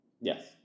yes